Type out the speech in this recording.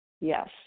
Yes